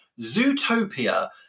Zootopia